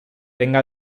tenga